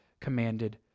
commanded